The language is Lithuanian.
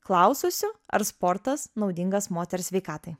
klaususių ar sportas naudingas moters sveikatai